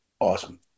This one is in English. Awesome